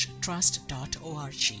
trust.org